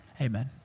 Amen